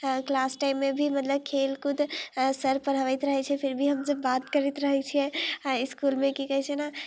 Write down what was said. अऽ क्लास टाइममे भी मतलब खेलकूद अऽ सर पढ़बैत रहै छै फिर भी हमसभ बात करैत रहै छियै आओर इसकुलमे की कहै छै ने